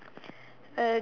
uh